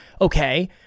Okay